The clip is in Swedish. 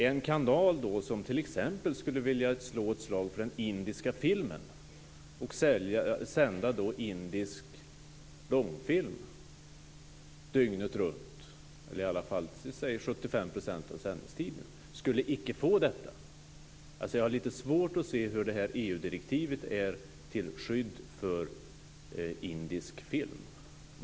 En kanal som t.ex. skulle vilja slå ett slag för den indiska filmen och sända indisk långfilm 75 % av sändningstiden skulle icke få göra detta. Jag har lite svårt att se hur EU-direktivet är till skydd för indisk film.